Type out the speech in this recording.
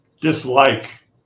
dislike